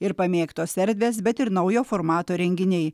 ir pamėgtos erdvės bet ir naujo formato renginiai